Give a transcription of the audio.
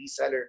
reseller